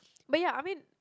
but ya I mean